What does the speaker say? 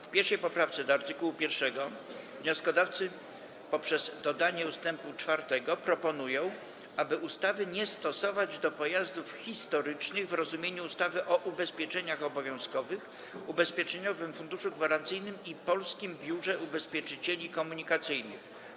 W 1. poprawce do art. 1 wnioskodawcy poprzez dodanie ust. 4 proponują, aby ustawy nie stosować do pojazdów historycznych w rozumieniu ustawy o ubezpieczeniach obowiązkowych, Ubezpieczeniowym Funduszu Gwarancyjnym i Polskim Biurze Ubezpieczycieli Komunikacyjnych.